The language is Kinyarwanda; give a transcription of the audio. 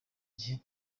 igihe